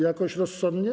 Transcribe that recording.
Jakoś rozsądnie.